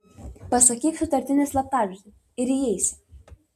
pasakyk sutartinį slaptažodį ir įeisi